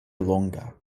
longa